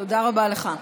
תודה רבה לך.